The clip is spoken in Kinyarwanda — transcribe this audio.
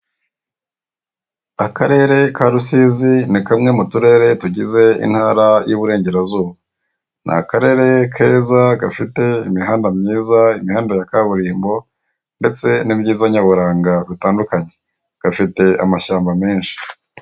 Akarere ka rusizi, ni kamwe mu turere tugize intara y'uburengerezuba, ni akarere keza gafite imihanda myiza, imihanda ya kaburimbo ndetse n'ibyiza nyaburanga bitandukanye, gafite amashyamba menshi.